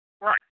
Right